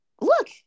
look